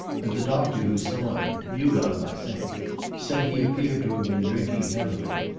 and the doctor who saw him you got him, i think said he appeared to have been drinking heavily.